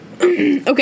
Okay